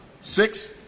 six